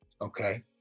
okay